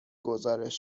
گزارش